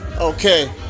Okay